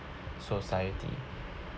society